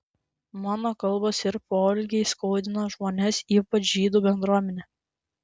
mano kalbos ir poelgiai skaudino žmones ypač žydų bendruomenę